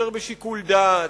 יותר בשיקול דעת,